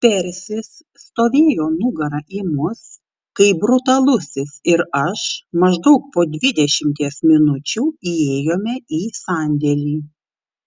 persis stovėjo nugara į mus kai brutalusis ir aš maždaug po dvidešimties minučių įėjome į sandėlį